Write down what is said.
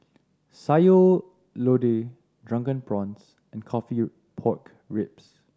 Sayur Lodeh Drunken Prawns and coffee pork ribs